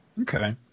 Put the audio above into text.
Okay